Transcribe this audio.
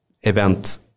event